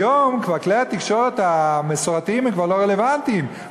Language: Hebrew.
היום כלי התקשורת המסורתיים כבר לא רלוונטיים.